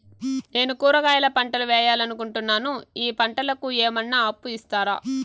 నేను కూరగాయల పంటలు వేయాలనుకుంటున్నాను, ఈ పంటలకు ఏమన్నా అప్పు ఇస్తారా?